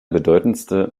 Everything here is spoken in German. bedeutendste